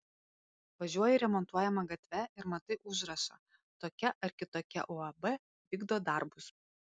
važiuoji remontuojama gatve ir matai užrašą tokia ar kitokia uab vykdo darbus